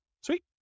Sweet